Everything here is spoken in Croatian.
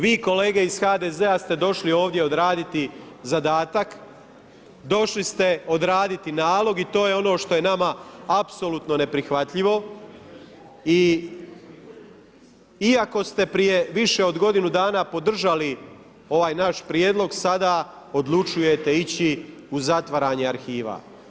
Vi kolege iz HDZ-a ste došli ovdje odraditi zadatak, došli ste odraditi nalog i to je ono što je nama apsolutno neprihvatljivo i iako ste prije više od godinu dana podržali ovaj naš prijedlog sada, odlučujete ići u zatvaranje arhiva.